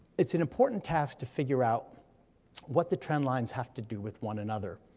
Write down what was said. it's an important task to figure out what the trend lines have to do with one another.